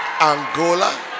Angola